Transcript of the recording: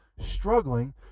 struggling